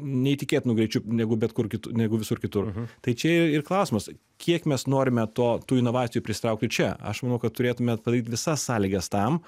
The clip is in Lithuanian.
neįtikėtinu greičiu negu bet kur kit negu visur kitur tai čia ir klausimas kiek mes norime to tų inovacijų prisitraukti čia aš manau kad turėtume padaryt visas sąlygas tam